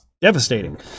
devastating